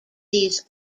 these